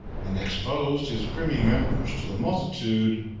and exposed his privy members to the multitude,